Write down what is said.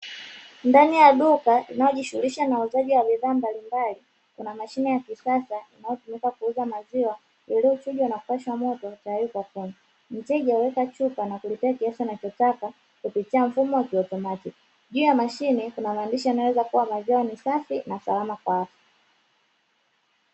Ndani ya duka linalojishughulisha na uuzaji wa bidhaa mbalimbali, kuna mashine ya kisasa inayotumika kuuza maziwa yaliyochujwa na kupashwa moto tayari kwa kunywa. Mteja uweka chupa na kulipia kiasi anachotaka kupitia mfumo wa kiautomatiki, pia mashine kuna maandishi yanayoeleza kuwa maziwa ni safi na salama kwa afya.